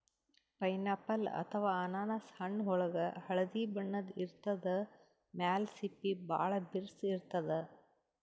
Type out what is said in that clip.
pineapple ಅಥವಾ ಅನಾನಸ್ ಹಣ್ಣ್ ಒಳ್ಗ್ ಹಳ್ದಿ ಬಣ್ಣ ಇರ್ತದ್ ಮ್ಯಾಲ್ ಸಿಪ್ಪಿ ಭಾಳ್ ಬಿರ್ಸ್ ಇರ್ತದ್